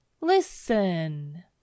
listen